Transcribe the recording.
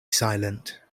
silent